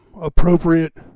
appropriate